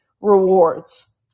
rewards